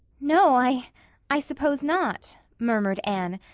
no i i suppose not, murmured anne,